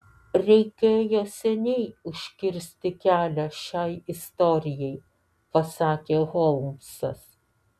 reikėjo seniai užkirsti kelią šiai istorijai pasakė holmsas